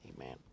amen